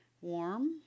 Warm